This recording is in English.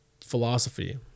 philosophy